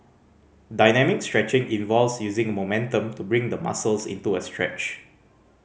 dynamic stretching involves using momentum to bring the muscles into a stretch